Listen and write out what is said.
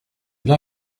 bien